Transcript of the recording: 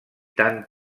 tant